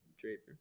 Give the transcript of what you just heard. Draper